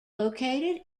located